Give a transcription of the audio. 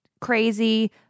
crazy